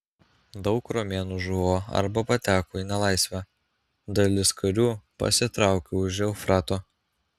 daug romėnų žuvo arba pateko į nelaisvę dalis karių pasitraukė už eufrato